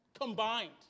Combined